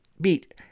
beat